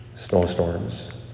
snowstorms